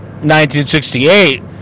1968